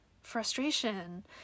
frustration